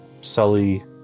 Sully